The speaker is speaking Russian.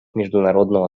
международного